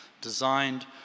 designed